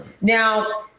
Now